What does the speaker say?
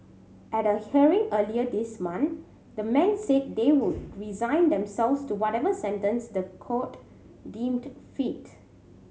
at a hearing earlier this month the men said they would resign themselves to whatever sentence the court deemed fit